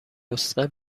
نسخه